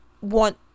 want